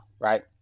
Right